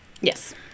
Yes